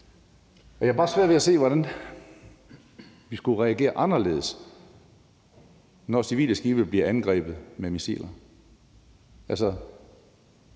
Jeg har bare svært ved at se, hvordan vi skulle reagere anderledes, når civile skibe bliver angrebet med missiler.